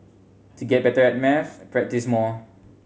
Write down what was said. to get better at maths practise more